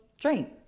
drink